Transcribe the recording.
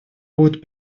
будет